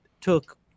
took